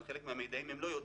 על חלק מהמידעים הם לא יודעים.